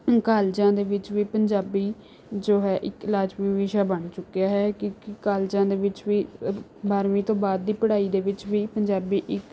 ਹੁਣ ਕਾਲਜਾਂ ਦੇ ਵਿੱਚ ਵੀ ਪੰਜਾਬੀ ਜੋ ਹੈ ਇੱਕ ਲਾਜ਼ਮੀ ਵਿਸ਼ਾ ਬਣ ਚੁੱਕਿਆ ਹੈ ਕਿਉਂਕਿ ਕਾਲਜਾਂ ਦੇ ਵਿੱਚ ਵੀ ਬ ਬਾਰਵੀਂ ਤੋਂ ਬਾਅਦ ਦੀ ਪੜ੍ਹਾਈ ਦੇ ਵਿੱਚ ਵੀ ਪੰਜਾਬੀ ਇੱਕ